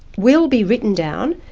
will be written down.